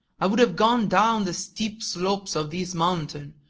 i would have gone down the steep slopes of this mountain,